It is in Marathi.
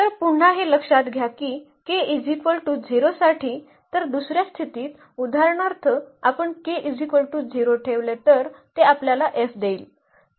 तर पुन्हा हे लक्षात घ्या की साठी तर दुस या स्थितीत उदाहरणार्थ आपण ठेवले तर ते आपल्याला F देईल